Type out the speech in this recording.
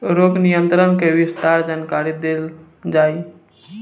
रोग नियंत्रण के विस्तार जानकरी देल जाई?